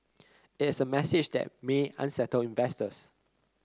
it is a message that may unsettle investors